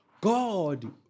God